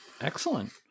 Excellent